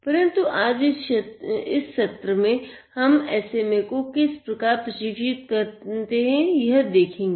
परन्तु आज इस सत्र में हम SMA को किस प्रकार प्रशिक्षित कर सकते हैं यह देखेंगे